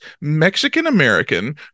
Mexican-American